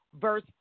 verse